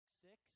six